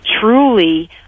truly